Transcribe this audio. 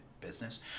business